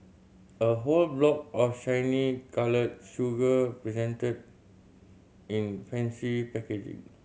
a whole block of shiny coloured sugar presented in fancy packaging